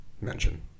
mention